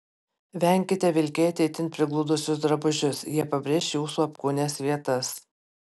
venkite vilkėti itin prigludusius drabužius jie pabrėš jūsų apkūnias vietas